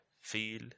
feel